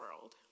world